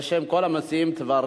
בעד, 12, נגד,